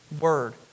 Word